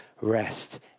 rest